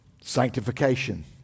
Sanctification